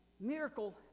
miracle